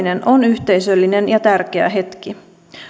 syöminen on yhteisöllinen ja tärkeä hetki